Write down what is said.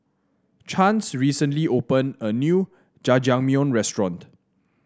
Chance recently opened a new Jajangmyeon Restaurant